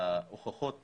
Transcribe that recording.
הוכחות